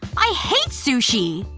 i hate sushi.